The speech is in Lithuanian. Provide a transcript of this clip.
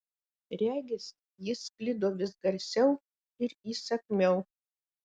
regis jis sklido vis garsiau ir įsakmiau